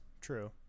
true